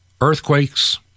Earthquakes